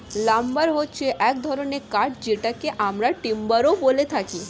lumber হচ্ছে এক ধরনের কাঠ যেটাকে আমরা টিম্বারও বলে থাকি